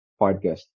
podcast